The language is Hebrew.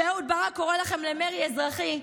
כשאהוד ברק קורא לכם למרי אזרחי,